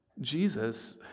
Jesus